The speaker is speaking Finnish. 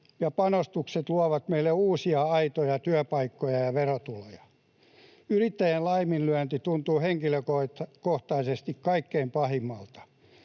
ja panostukset luovat meille uusia aitoja työpaikkoja ja verotuloja. Yrittäjien laiminlyönti tuntuu henkilökohtaisesti kaikkein pahimmalta.